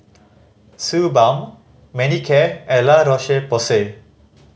Suu Balm Manicare and La Roche Porsay